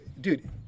dude